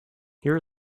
here